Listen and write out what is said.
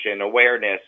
awareness